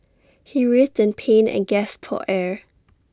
he writhed in pain and gasped for air